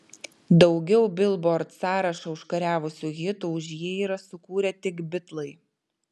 daugiau bilbord sąrašą užkariavusių hitų už jį yra sukūrę tik bitlai